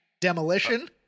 Demolition